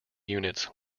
units